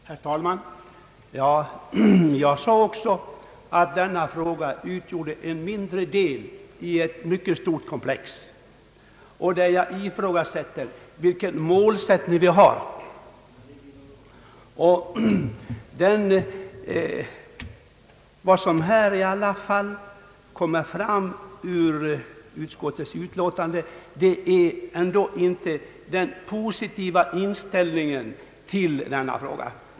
Herr talman! Jag sade också att denna fråga utgjorde en mindre del i ett mycket stort komplex, där jag ifrågasätter vilken målsättning vi har. Vad som i alla fall kommer fram ur utskottets utlåtande är inte en positiv inställning till denna fråga.